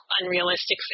unrealistic